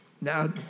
Now